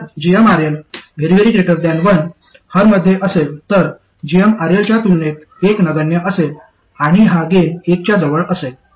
जर gmRL 1 हर मध्ये असेल तर gmRL च्या तुलनेत 1 नगण्य असेल आणि हा गेन 1 च्या जवळ असेल